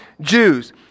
Jews